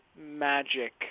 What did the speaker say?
magic